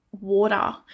water